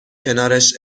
کنارش